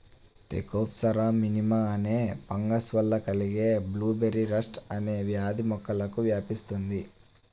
Thekopsora మినిమా అనే fungus వల్ల కలిగే బ్లూబెర్రీ రస్ట్ అనే వ్యాధి మొక్కలకు వ్యాపిస్తుంది